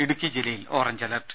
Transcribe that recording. ഇടുക്കി ജില്ലയിൽ orange alert